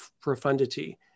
profundity